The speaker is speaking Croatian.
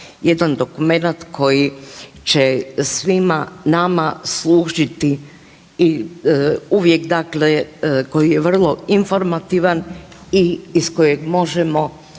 jedan dokumenat koji će svima nama služiti i uvijek dakle koji je vrlo informativan i iz kojeg možemo